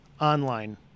online